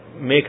make